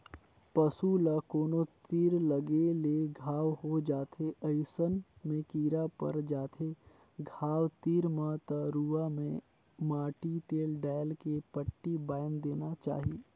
पसू ल कोनो तीर लगे ले घांव हो जाथे अइसन में कीरा पर जाथे घाव तीर म त रुआ में माटी तेल डायल के पट्टी बायन्ध देना चाही